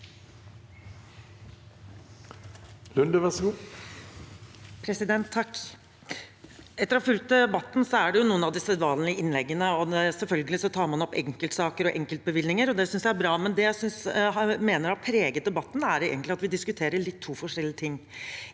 (H) Etter å ha fulgt debatten hører jeg noen av de sedvanlige innleggene. Selvfølgelig tar man opp enkeltsaker og enkeltbevilgninger, og det synes jeg er bra, men det jeg mener har preget debatten, er egentlig at vi diskuterer to forskjellige ting.